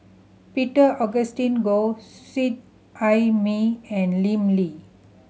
Peter Augustine Goh Seet Ai Mee and Lim Lee